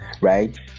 right